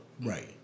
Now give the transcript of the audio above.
right